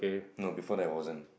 no before that I wasn't